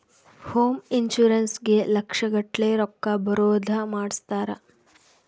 home insurance ಗೇ ಲಕ್ಷ ಗಟ್ಲೇ ರೊಕ್ಕ ಬರೋದ ಮಾಡ್ಸಿರ್ತಾರ